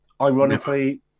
Ironically